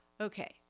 Okay